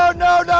ah no,